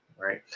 right